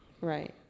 Right